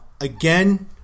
again